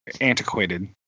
antiquated